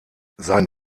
sein